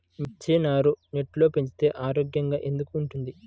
మిర్చి నారు నెట్లో పెంచితే ఆరోగ్యంగా ఎందుకు ఉంటుంది?